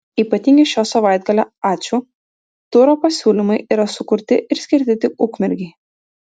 ypatingi šio savaitgalio ačiū turo pasiūlymai yra sukurti ir skirti tik ukmergei